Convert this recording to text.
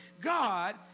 God